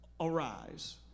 arise